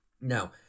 Now